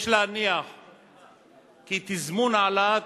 יש להניח כי תזמון העלאת